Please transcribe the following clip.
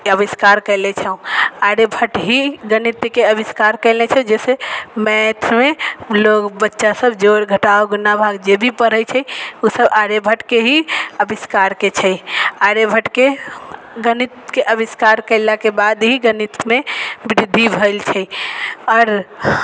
आविष्कार कएले छौँ आर्यभट्ट ही गणितके अविष्कार कएले छै जइसे मैथमे लोक बच्चा सब जोड़ घटाव गुणा भाग जेभी पढ़ै छै ओसब आर्यभट्टके ही अविष्कारके छै आर्यभट्टके गणितके अविष्कार कएलाके बाद ही गणितमे वृद्धि भेल छै आओर